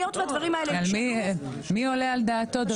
היות והדברים האלה נשאלו --- מי עולה על דעתו דבר כזה?